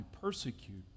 persecute